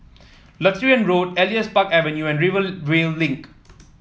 Lutheran Road Elias Park Avenue and Rivervale Link